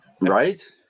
Right